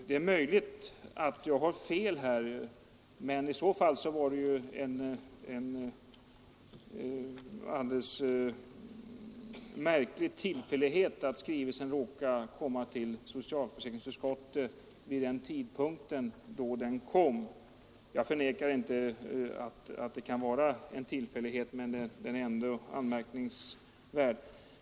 Det är möjligt att jag har fel, men i så fall var det ju en märklig tillfällighet att skrivelsen råkade komma till socialförsäkringsutskottet vid den tidpunkt det gällde. Jag förnekar inte att det kan vara en tillfällighet, men den är ändå anmärkningsvärd.